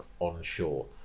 onshore